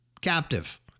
captive